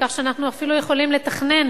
כך שאנחנו אפילו יכולים לתכנן